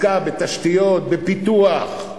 עסקה בתשתיות, בפיתוח,